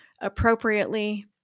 appropriately